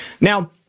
Now